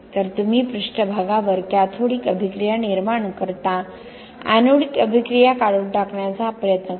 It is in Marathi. तर तुम्ही पृष्ठभागावर कॅथोडिक अभिक्रिया निर्माण करता एनोडिक अभिक्रिया काढून टाकण्याचा प्रयत्न करा